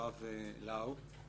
הרב לאו.